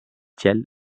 gel